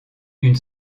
une